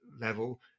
level